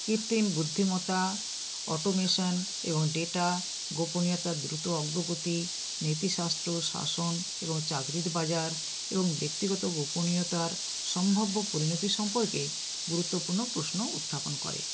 কৃত্রিম বুদ্ধিমতা অটমেশান এবং ডেটা গোপনীয়তা দ্রুত অগ্রগতি নীতি শাস্ত্র শাসন এবং চাকরির বাজার এবং ব্যক্তিগত গোপনীয়তার সম্ভাব্য পরিণতি সম্পর্কে গুরুত্বপূর্ণ উৎস উত্থাপন করে